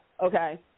Okay